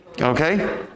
Okay